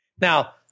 Now